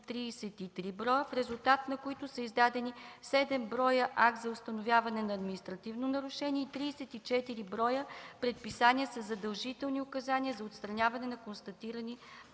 733 бр., в резултат на които са издадени 7 бр. актове за установяване на административно нарушение и 34 бр. предписания за задължителни указания за отстраняване на констатирани